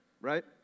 right